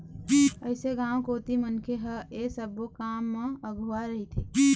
अइसे गाँव कोती मनखे ह ऐ सब्बो काम म अघुवा रहिथे